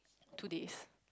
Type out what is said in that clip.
two days